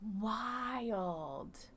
Wild